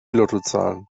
lottozahlen